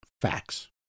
Facts